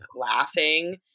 laughing